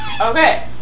Okay